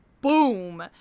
boom